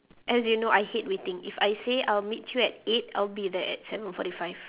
as you know I hate waiting if I say I'll meet you at eight I'll be there at seven forty five